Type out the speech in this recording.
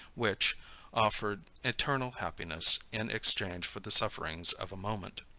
which offered eternal happiness in exchange for the sufferings of a moment.